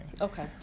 Okay